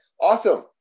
awesome